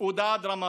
הודעה דרמטית.